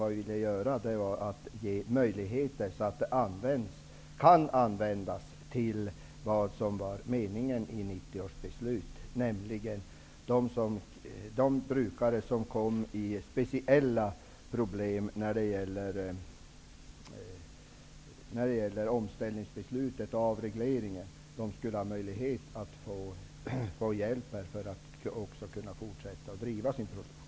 Det vi ville göra var att ordna så att det fanns möjlighet att använda det på det sätt som var meningen med 1990 års beslut. De jordbrukare som råkade ut för speciella problem till följd av omställningsbeslutet och avregleringen skulle kunna få hjälp att fortsätta att driva sin produktion.